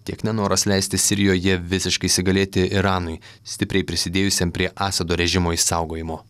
tiek nenoras leisti sirijoje visiškai įsigalėti iranui stipriai prisidėjusiam prie asado režimo išsaugojimo